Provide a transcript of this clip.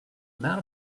amount